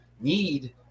need